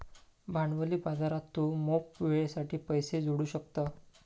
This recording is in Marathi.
भांडवली बाजारात तू मोप वेळेसाठी पैशे जोडू शकतं